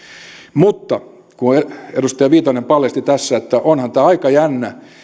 mutta edustaja viitanen paljasti tässä että onhan tämä aika jännä